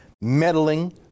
meddling